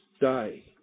day